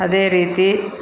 ಅದೇ ರೀತಿ